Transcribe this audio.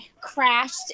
crashed